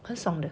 很爽的